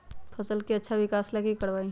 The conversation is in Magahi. फसल के अच्छा विकास ला की करवाई?